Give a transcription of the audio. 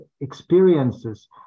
experiences